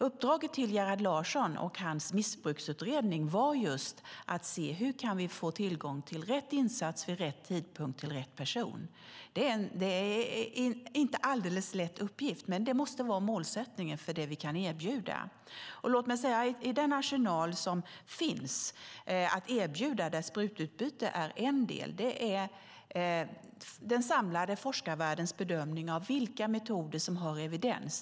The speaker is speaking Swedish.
Uppdraget till Gerhard Larsson och hans missbruksutredning var just att se hur vi kan få tillgång till rätt insats vid rätt tidpunkt till rätt person. Det är inte en alldeles lätt uppgift, men det måste vara målsättningen för det vi kan erbjuda. Låt mig säga att i den arsenal som finns att erbjuda, där sprututbyte är en del, är det den samlade forskarvärldens bedömning av vilka metoder som har evidens som ligger bakom.